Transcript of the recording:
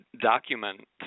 document